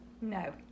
No